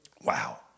Wow